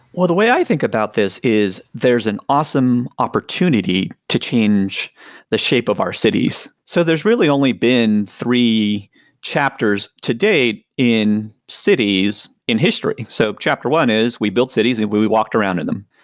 well, the way i think about this is there's an awesome opportunity to change the shape of our cities. so there's really only been three chapters to date in cities in history. so chapter one is we built cities and we we walked around in them.